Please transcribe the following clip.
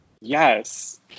Yes